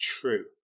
TRUE